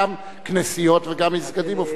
גם כנסיות ומסגדים.